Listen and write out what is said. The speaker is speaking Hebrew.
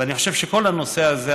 ואני חושב שלכל הנושא הזה,